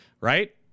Right